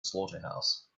slaughterhouse